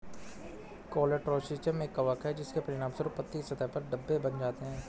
Colletotrichum एक कवक है, इसके परिणामस्वरूप पत्ती की सतह पर धब्बे बन जाते हैं